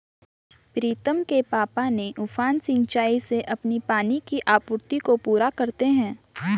प्रीतम के पापा ने उफान सिंचाई से अपनी पानी की आपूर्ति को पूरा करते हैं